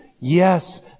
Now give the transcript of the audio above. Yes